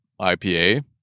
IPA